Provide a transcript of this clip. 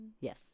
Yes